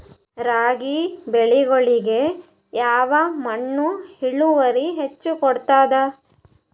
ರಾಗಿ ಬೆಳಿಗೊಳಿಗಿ ಯಾವ ಮಣ್ಣು ಇಳುವರಿ ಹೆಚ್ ಕೊಡ್ತದ?